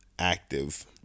Active